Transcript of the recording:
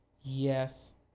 Yes